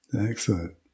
Excellent